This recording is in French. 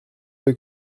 veut